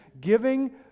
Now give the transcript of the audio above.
giving